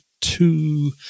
two